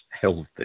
healthy